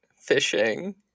fishing